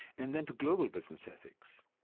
and then to global business ethics?